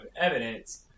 evidence